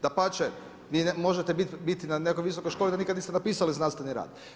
Dapače, vi možete biti na nekoj visokoj školi da nikad niste napisali znanstveni rad.